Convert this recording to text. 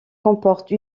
comporte